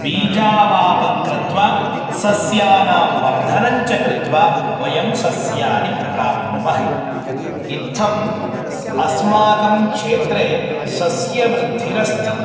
बीजावापं कृत्वा सस्यानां वर्धनं च कृत्वा वयं सस्यानि प्राप्नुमः इत्थम् अस्य अस्माकं क्षेत्रे सस्यवृद्धिरस्ति